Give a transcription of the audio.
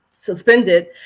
suspended